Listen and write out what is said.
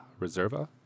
Reserva